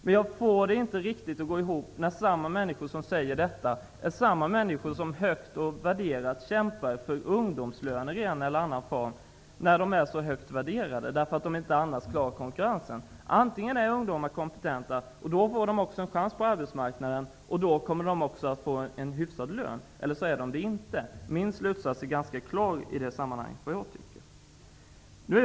Men jag får det inte riktigt att gå ihop när samma människor som säger detta också kämpar för ungdomslöner i en eller annan form, samtidigt som de så högt värderar ungdomar. Antingen är ungdomar kompetenta, och då bör de få en chans på arbetsmarknaden och få en hyfsad lön, eller också är de inte kompetenta. Min slutsats är ganska klar i det sammanhanget.